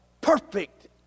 perfect